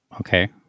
okay